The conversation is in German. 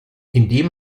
indem